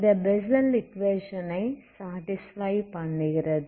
இந்த Bessel equation ஐ satisfy பண்ணுகிறது